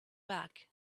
back